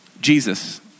Jesus